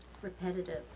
repetitive